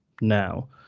now